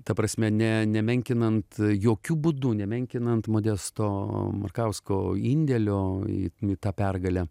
ta prasme ne nemenkinant jokiu būdu nemenkinant modesto markausko indėlio į į tą pergalę